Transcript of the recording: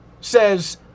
says